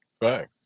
right